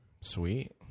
Sweet